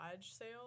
sale